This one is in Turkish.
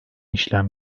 işlem